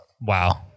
Wow